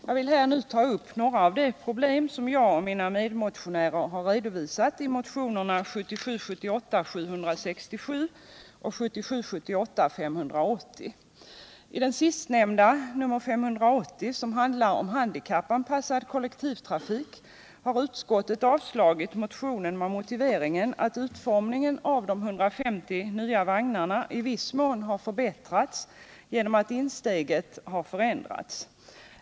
Jag vill här ta upp några av de problem som jag och mina medmotionärer redovisat i motionerna 1977 78:580. Den sistnämnda motionen, nr 580, som handlar om handikappanpassad kollektivtrafik, har utskottet avstyrkt med motiveringen att utformningen av de 150 nya vagnarna i viss mån har förbättrats genom att insteget har förändrats.